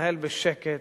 מתנהל בשקט,